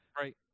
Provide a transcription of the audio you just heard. Right